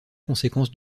conséquences